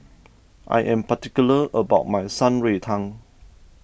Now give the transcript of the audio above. I am particular about my Shan Rui Tang